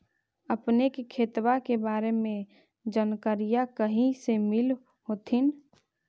अपने के खेतबा के बारे मे जनकरीया कही से मिल होथिं न?